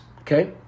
Okay